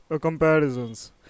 comparisons